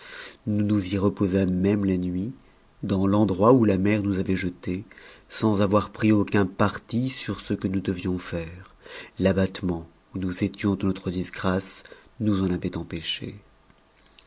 nous nous y reposâmes a nuit même dans l'endroit où la mer nous avait jetés sans avoh pris aucun parti sur ce que nous devions faire l'abattement où nous étions de notre disgrâce nous en avait